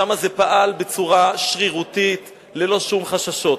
שם זה פעל בצורה שרירותית, ללא שום חששות.